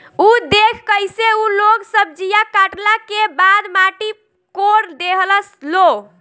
उ देखऽ कइसे उ लोग सब्जीया काटला के बाद माटी कोड़ देहलस लो